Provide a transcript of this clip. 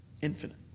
Infinite